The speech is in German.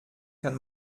kann